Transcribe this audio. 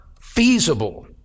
feasible